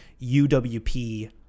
UWP